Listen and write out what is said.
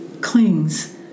clings